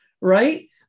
right